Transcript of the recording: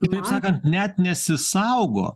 kitaip sakant net nesisaugo